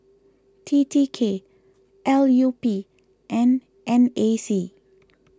T T K L U P and N A C